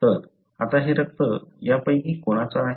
तर आता हे रक्त यापैकी कोणाच आहे